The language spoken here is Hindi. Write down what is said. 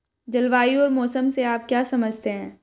जलवायु और मौसम से आप क्या समझते हैं?